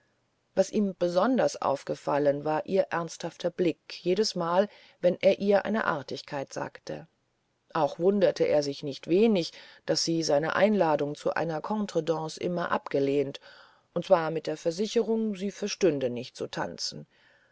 was ihm besonders aufgefallen war ihr ernsthafter blick jedesmal wenn er ihr eine artigkeit sagte auch wunderte er sich nicht wenig daß sie seine einladung zu einer contredanse immer abgelehnt und zwar mit der versicherung sie verstünde nicht zu tanzen